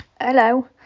Hello